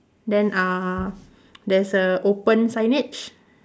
then uh there's a open signage